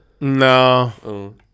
No